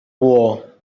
war